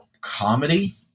comedy